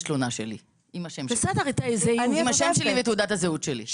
תלונה שלי עם השם שלי ותעודת הזהות שלי.